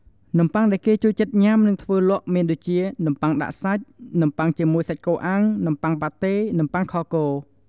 នំប័ុងដែលគេចូលចិត្តញុាំនិងធ្វើលក់មានដូចជា នំបុ័ងដាក់សាច់ នំបុ័ងជាមួយសាច់គោអាំង នំប័ុងប៉ាតេ នំប័ុងខគោ។